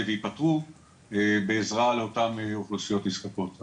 ויפתרו בעזרה לאותם אוכלוסיות נזקקות,